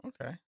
Okay